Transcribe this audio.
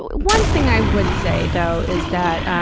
one thing i would say, though, is that.